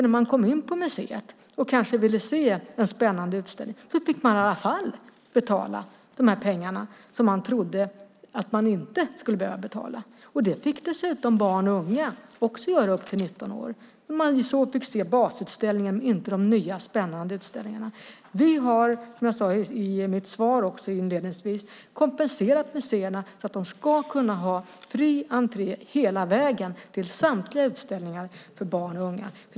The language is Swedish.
När man kom in på museet och ville se en spännande utställning fick man kanske i alla fall betala de pengar som man trodde att man inte skulle behöva betala. Det fick dessutom barn och unga upp till 19 år också göra. Man fick se basutställningen gratis, inte de nya spännande utställningarna. Vi har, som jag också sade i mitt svar inledningsvis, kompenserat museerna så att de ska kunna ha fri entré hela vägen till samtliga utställningar för barn och unga.